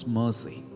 mercy